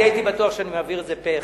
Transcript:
אני הייתי בטוח שאני מעביר את זה פה-אחד.